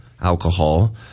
alcohol